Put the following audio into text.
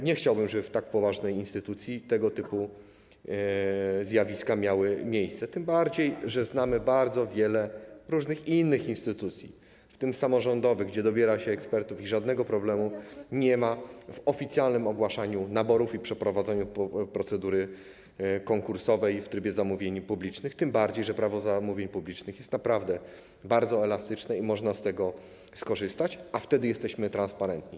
Nie chciałbym, żeby w tak poważnej instytucji tego typu zjawiska miały miejsce, tym bardziej że znamy bardzo wiele różnych innych instytucji, w tym samorządowych, gdzie dobiera się ekspertów i nie ma żadnego problemu w oficjalnym ogłaszaniu naborów i przeprowadzaniu procedury konkursowej w trybie zamówień publicznych, tym bardziej że Prawo zamówień publicznych jest naprawdę bardzo elastyczne i można z tego skorzystać, a wtedy jesteśmy transparentni.